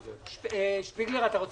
לנושא השני.